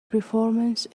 performance